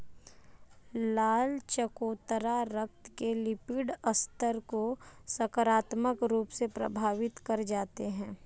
लाल चकोतरा रक्त के लिपिड स्तर को सकारात्मक रूप से प्रभावित कर जाते हैं